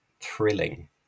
thrilling